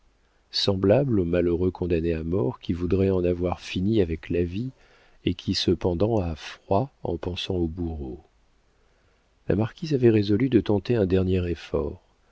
semblable au malheureux condamné à mort qui voudrait en avoir fini avec la vie et qui cependant a froid en pensant au bourreau la marquise avait résolu de tenter un dernier effort